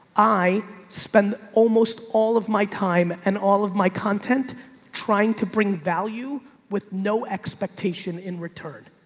i spend almost all of my time and all of my content trying to bring value with no expectation in return.